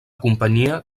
companyia